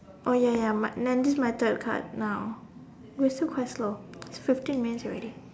ya ya my then this is my third card now we're still quite slow